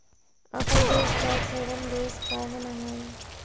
अपन देश tax haven देश काहे न हई?